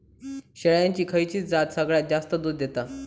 शेळ्यांची खयची जात सगळ्यात जास्त दूध देता?